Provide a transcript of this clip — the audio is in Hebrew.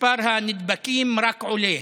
מספר הנדבקים רק עולה.